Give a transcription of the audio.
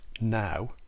now